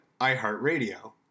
iHeartRadio